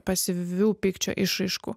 pasyvių pykčio išraiškų